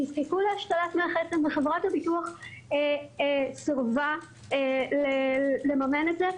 נזקקו להשתלת מח עצם וחברת הביטוח סירבה לממן את זה.